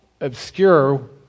obscure